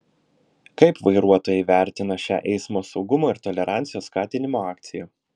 kaip vairuotojai vertina šią eismo saugumo ir tolerancijos skatinimo akciją